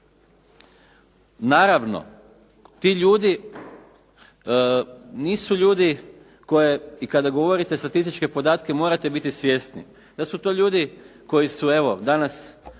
Naravno, ti ljudi nisu ljudi i kada govorite statističke podatke morate biti svjesni da su to ljudi koji su evo danas